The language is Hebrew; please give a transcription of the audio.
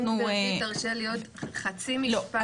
אם גברתי תרשה לי עוד חצי משפט.